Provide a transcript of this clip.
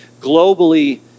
globally